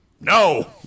No